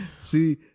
See